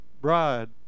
bride